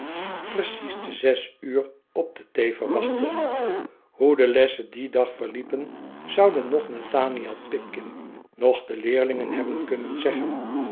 precies te zes uur op de thee verwachtten hoe de lessen dien dag verliepen zouden noch nathaniel pipkin noch de leerlingen hebben kunnen zeggen